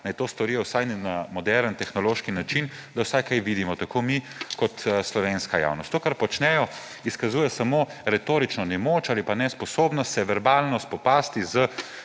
naj to storijo vsaj na moderen, tehnološki način, da vsaj kaj vidimo, tako mi kot slovenska javnost. To, kar počnejo, izkazuje samo retorično nemoč ali pa nesposobnost se verbalno spopasti z